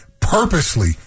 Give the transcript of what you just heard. purposely